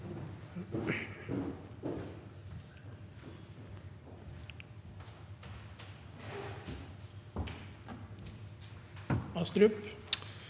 Astrup